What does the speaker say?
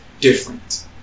different